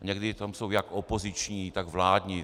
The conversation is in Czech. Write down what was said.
Někdy tam jsou jak opoziční, tak vládní.